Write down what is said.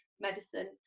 medicine